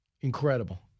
incredible